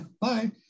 bye